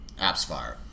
AppsFire